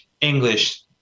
English